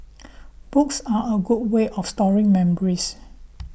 books are a good way of storing memories